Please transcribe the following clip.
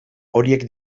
horiek